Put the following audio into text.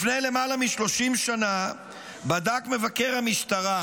לפני למעלה מ-30 שנה בדק מבקר המשטרה